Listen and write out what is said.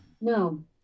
No